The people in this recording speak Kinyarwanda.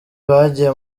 bagiye